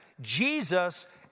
Jesus